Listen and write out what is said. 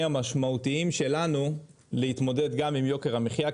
המשמעותיים שלנו להתמודד גם עם יוקר המחייה,